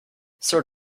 sort